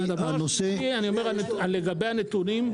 לגבי הנתונים,